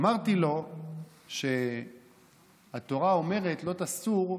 אמרתי לו שהתורה אומרת "לא תסור",